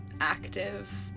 active